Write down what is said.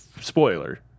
spoiler